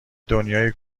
دنیای